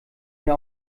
mir